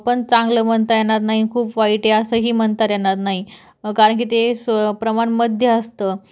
पण चांगलं म्हणता येनार नाही आणि खूप वाईट आहे असंही म्हणतार येणार नाही कारण की ते स प्रमाण मध्य असतं